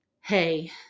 hey